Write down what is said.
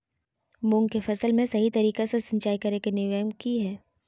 मूंग के फसल में सही तरीका से सिंचाई करें के नियम की हय?